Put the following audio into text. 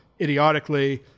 idiotically